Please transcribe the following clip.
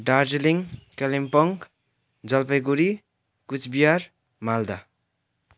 Darjeeling Kalimpong Jalpaiguri Cooch Behar Malda